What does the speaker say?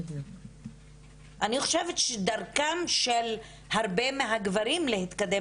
אני חושבת שדרכם של הרבה מהגברים להתקדם